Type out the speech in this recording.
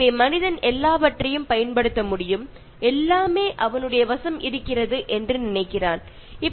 പക്ഷേ മനുഷ്യർ ചിന്തിക്കുന്നത് ഇതെല്ലാം അവനു മാത്രം ഉപയോഗിക്കാനുള്ളതാണ് എന്നാണ്